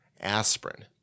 Aspirin